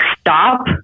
stop